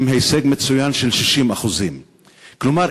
עם הישג מצוין של 60%. כלומר,